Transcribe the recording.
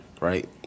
right